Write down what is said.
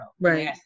Right